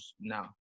now